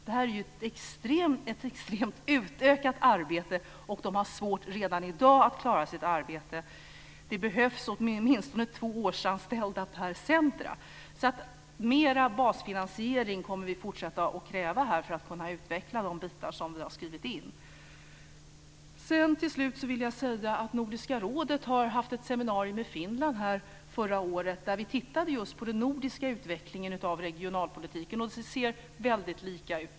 Det här är ett extremt utökat arbete, och de har redan i dag svårt att klara sitt arbete. Det behövs åtminstone två årsanställda per centrum. Vi kommer att fortsätta att kräva mer basfinansiering för att kunna utveckla de bitar som vi har skrivit in. Nordiska rådet hade ett seminarium i Finland förra året och tittade då på den nordiska utvecklingen av regionalpolitiken som ser väldigt lika ut.